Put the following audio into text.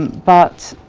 but,